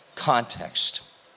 Context